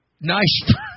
nice